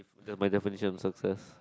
the my definition of success